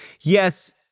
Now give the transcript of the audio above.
yes